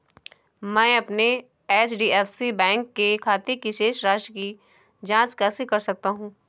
मैं अपने HDFC bank के खाते की शेष राशि की जाँच कैसे कर सकता हूँ?